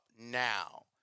now